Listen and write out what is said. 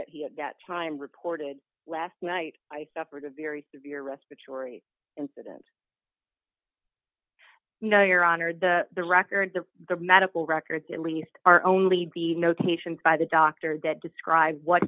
that he at that time reported last night i suffered a very severe respiratory incident no your honor the records of the medical records at least are only be notations by the doctor that described what